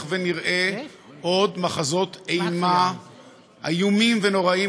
ונראה עוד מחזות אימה איומים ונוראים,